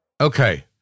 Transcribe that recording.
Okay